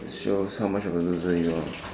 shows how much of a loser you are